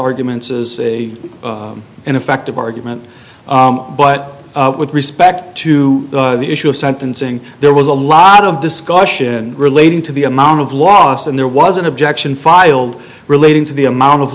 arguments is an effective argument but with respect to the issue of sentencing there was a lot of discussion relating to the amount of loss and there was an objection filed relating to the amount of